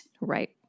right